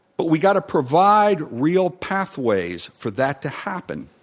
but we got to provide real pathways for that to happen.